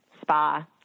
spa